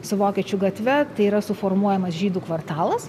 su vokiečių gatve tai yra suformuojamas žydų kvartalas